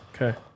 Okay